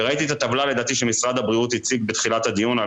וראיתי את הטבלה לדעתי שמשרד הבריאות הציג בתחילת הדיון,